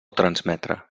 transmetre